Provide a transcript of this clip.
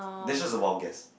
this was a wild guess